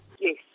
Yes